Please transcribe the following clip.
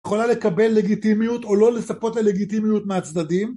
יכולה לקבל לגיטימיות או לא לצפות ללגיטימיות מהצדדים?